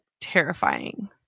terrifying